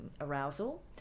arousal